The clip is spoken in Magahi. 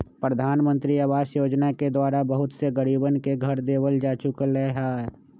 प्रधानमंत्री आवास योजना के द्वारा बहुत से गरीबन के घर देवल जा चुक लय है